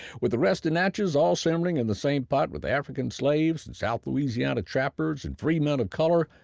with the rest of natchez all simmering in the same pot with african slaves, and south louisiana trappers and freed men of color,